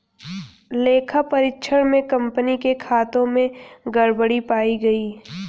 लेखा परीक्षण में कंपनी के खातों में गड़बड़ी पाई गई